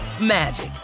magic